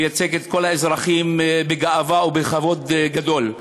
ותייצג את כל האזרחים בגאווה ובכבוד גדול.